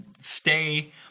stay